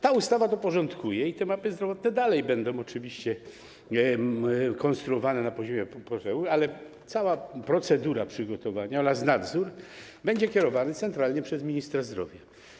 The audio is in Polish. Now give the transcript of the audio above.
Ta ustawa to porządkuje i te mapy zdrowotne dalej będą oczywiście konstruowane na tym poziomie, ale cała procedura przygotowania oraz nadzór będą kierowane centralnie przez ministra zdrowia.